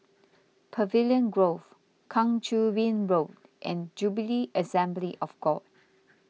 Pavilion Grove Kang Choo Bin Road and Jubilee Assembly of God